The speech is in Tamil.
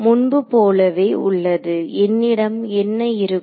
முன்பு போலவே உள்ளதுஎன்னிடம் என்ன இருக்கும்